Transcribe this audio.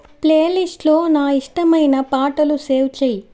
ప్లేలిస్ట్లో నా ఇష్టమైన పాటలు సేవ్ చేయి